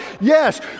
Yes